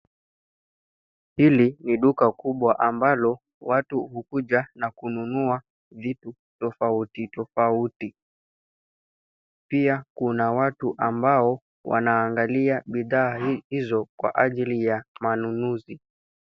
Hili ni duka kubwa ambalo watu hukuja na kununua vitu tofauti tofauti. Pia kuna watu ambao wanaangalia bidhaa hizo kwa ajili ya manunuzi.